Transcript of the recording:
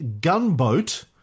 gunboat